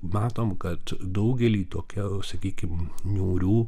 matom kad daugely tokių sakykim niūrių